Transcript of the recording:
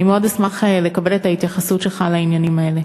אני מאוד אשמח לקבל את ההתייחסות שלך לעניינים האלה.